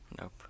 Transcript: Nope